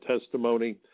testimony